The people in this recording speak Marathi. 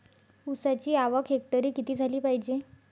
ऊसाची आवक हेक्टरी किती झाली पायजे?